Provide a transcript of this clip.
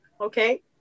okay